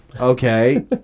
Okay